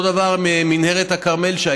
אותו דבר היה במנהרת הכרמל.